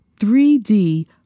3D